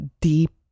deep